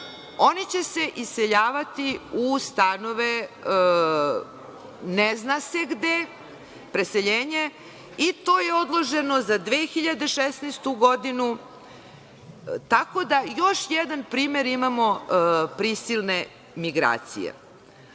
Oni će se iseljavati u stanove, ne zna se gde je preseljenje i to je odloženo za 2016. godinu, tako da imamo još jedan primer prisilne migracije. Država